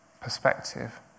perspective